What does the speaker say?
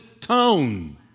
tone